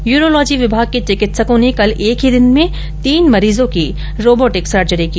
urology विभाग के चिकित्सकों ने कल एक ही दिन में तीन मरीजों की रोबोटिक सर्जरी की